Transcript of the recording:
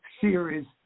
series